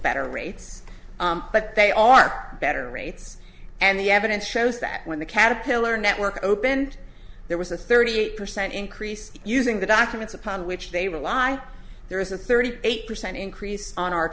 better rates but they are better rates and the evidence shows that when the caterpillar network opened there was a thirty eight percent increase using the documents upon which they rely there is a thirty eight percent increase on our